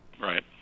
right